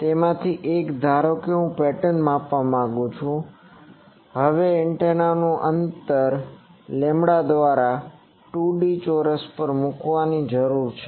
તેમાંથી એક ધારો કે હું પેટર્ન માપવા માંગુ છું હવે એન્ટેનાનું અંતર લેમ્બડા દ્વારા 2D ચોરસ પર મૂકવાની જરૂર છે